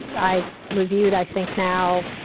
and i've reviewed, i think, now,